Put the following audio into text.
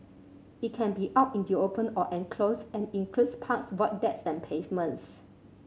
it can be out in the open or enclosed and includes parks void decks and pavements